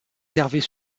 servait